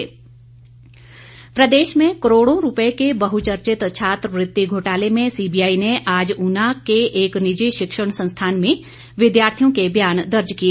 CBI प्रदेश में करोड़ों रूपए के बहुचर्थित छात्रवृत्ति घोटाले में सीबीआई ने आज ऊना के एक निजी शिक्षण संस्थान में विद्यार्थियों के बयान दर्ज किए